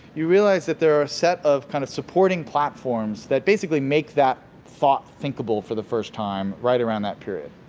you realize that there are a set of kind of supporting platforms that basically make that thought thinkable for the first time, right around that period.